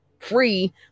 free